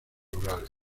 rurales